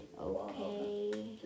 okay